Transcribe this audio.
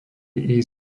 ich